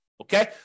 Okay